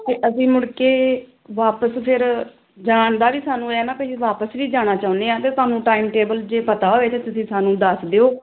ਅਤੇ ਅਸੀਂ ਮੁੜ ਕੇ ਵਾਪਿਸ ਫਿਰ ਜਾਣ ਦਾ ਵੀ ਸਾਨੂੰ ਐਂ ਨਾ ਵੀ ਜੇ ਵਾਪਸ ਵੀ ਜਾਣਾ ਚਾਹੁੰਦੇ ਹਾਂ ਤਾਂ ਤੁਹਾਨੂੰ ਟਾਈਮ ਟੇਬਲ ਜੇ ਪਤਾ ਹੋਵੇ ਤਾਂ ਤੁਸੀਂ ਸਾਨੂੰ ਦੱਸ ਦਿਓ